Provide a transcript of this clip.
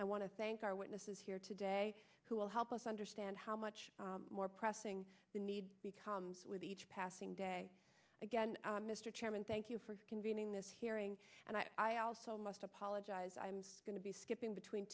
i want to thank our witnesses here today who will help us understand how much more pressing the need becomes with each passing day again mr chairman thank you for convening this hearing and i i also must apologize i'm going to be skipping between